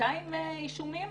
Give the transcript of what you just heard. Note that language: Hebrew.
200 אישומים?